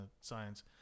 science